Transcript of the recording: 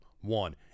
one